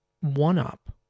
one-up